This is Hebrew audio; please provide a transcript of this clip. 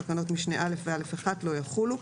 תקנות משנה א' ו-א'/1 לא יחולו.."